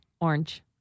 orange